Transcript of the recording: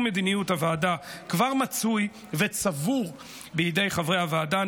מדיניות הוועדה כבר מצוי וצבור בידי חברי הוועדה,